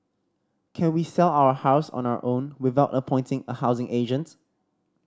can we sell our house on our own without appointing a housing agent